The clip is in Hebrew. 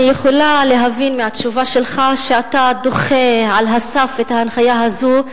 אני יכולה להבין מהתשובה שלך שאתה דוחה על הסף את ההנחיה הזאת,